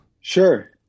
sure